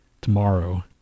tomorrow